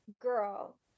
girl